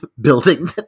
building